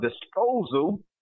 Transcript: disposal